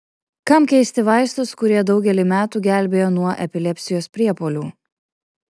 kam keisti vaistus kurie daugelį metų gelbėjo nuo epilepsijos priepuolių